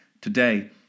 today